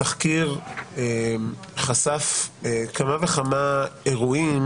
התחקיר חשף כמה וכמה אירועים